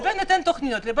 לא.